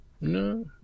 No